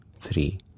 three